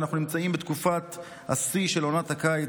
אנחנו נמצאים בתקופת השיא של עונת הקיץ,